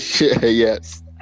yes